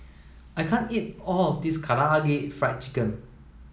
I can't eat all of this Karaage Fried Chicken